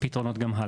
פתרונות גם הלאה.